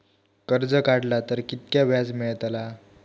कर्ज काडला तर कीतक्या व्याज मेळतला?